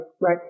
right